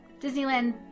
Disneyland